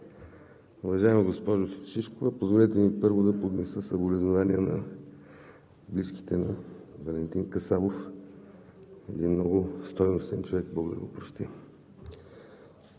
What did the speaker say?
уважаема госпожо Шишкова! Позволете ми първо да поднеса съболезнования на близките на Валентин Касабов – един много стойностен човек. Бог да го прости!